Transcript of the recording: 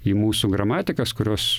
į mūsų gramatikas kurios